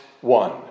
one